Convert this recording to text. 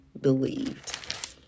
believed